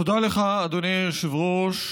תודה לך, אדוני היושב-ראש.